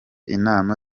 inama